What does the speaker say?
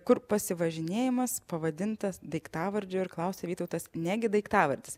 kur pasivažinėjimas pavadintas daiktavardžiu ir klausia vytautas negi daiktavardis